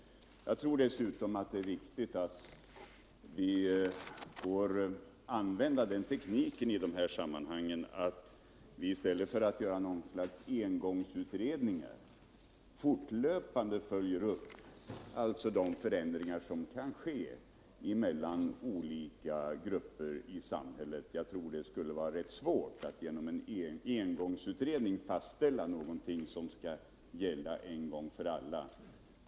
Jag tror dessutom det är viktigt att vi i de här sammanhangen inte använder ieckniken att göra något slags engångsutredning utan fortlöpande följer upp de förändringar som kan ske mellan olika grupper i samhället. Det skulle vara rätt svårt att genom cen engångsutredning fastställa något som skall gälla en gång för alla.